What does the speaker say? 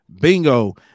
Bingo